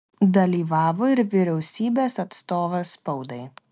dalyvavo ir vyriausybės atstovas spaudai